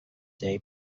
day